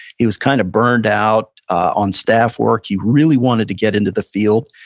he was kind of burned out on staff work. he really wanted to get into the field.